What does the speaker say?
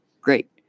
great